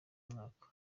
mwaka